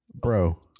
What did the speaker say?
bro